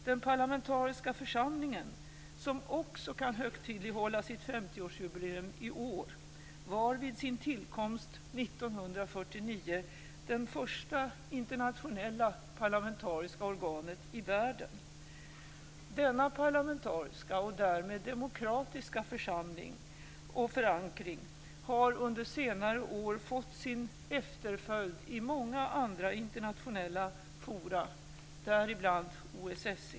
Den parlamentariska församlingen - som också kan högtidlighålla sitt 50-årsjubileum i år - var vid sin tillkomst 1949 det första internationella parlamentariska organet i världen. Denna parlamentariska, och därmed demokratiska, förankring har under senare fått sin efterföljd i många andra internationella forum - däribland OSSE.